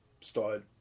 started